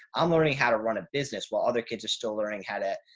i'm learning how to run a business while other kids are still learning how to,